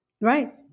Right